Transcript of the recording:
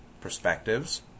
perspectives